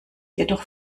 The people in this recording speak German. jedoch